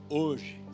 hoje